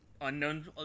unknown